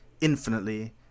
infinitely